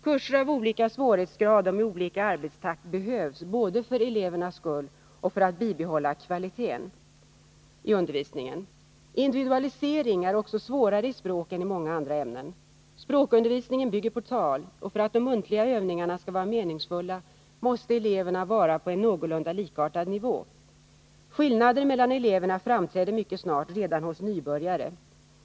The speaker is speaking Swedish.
Kurser av olika svårighetsgrad och med olika arbetstakt behövs både för elevernas skull och för att bibehålla kvaliteten i undervisningen. Individualisering är också svårare i språk än i många andra ämnen. Språkundervisningen bygger på tal, och för att de muntliga övningarna skall vara meningsfulla måste eleverna vara på en någorlunda likartad nivå. Skillnader mellan elever framträder mycket snart redan hos nybörjare.